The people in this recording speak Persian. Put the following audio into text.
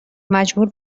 مجبور